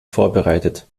vorbereitet